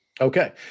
Okay